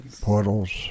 portals